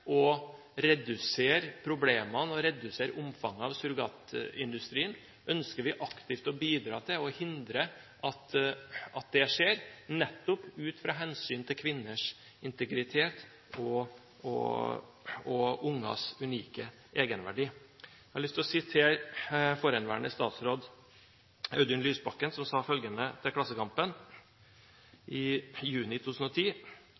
å redusere problemene og omfanget av surrogatindustrien? Ønsker vi aktivt å bidra til å hindre at det skjer, nettopp ut fra hensynet til kvinners integritet og ungers unike egenverdi? Jeg har lyst til å sitere forhenværende statsråd Audun Lysbakken, som sa følgende til Klassekampen i juni 2010: